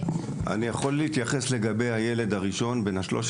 אני יכול להתייחס לגבי הנער הראשון בן ה-13.